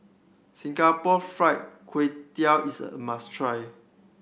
Singapore Fried Kway Tiao is a must try